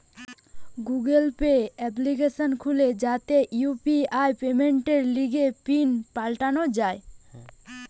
Google pay application খুলে যাতে UPI পেমেন্টের লিগে পিন পাল্টানো যায়